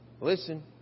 listen